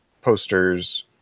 posters